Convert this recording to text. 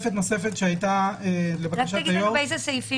באיזה סעיפים?